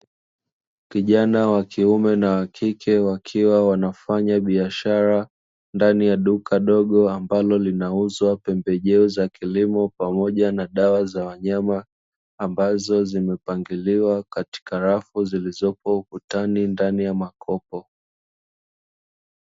Kijana wa kiume na wa kike wakiwa wanafanya biashara, ndani ya duka dogo ambalo linauzwa pembejeo za kilimo, pamoja na dawa za wanyama, ambazo zimepangiliwa katika rafu zilizopo ukutani ndani ya makopo.